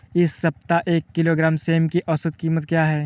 इस सप्ताह एक किलोग्राम सेम की औसत कीमत क्या है?